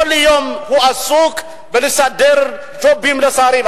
כל יום הוא עסוק בלסדר ג'ובים לשרים.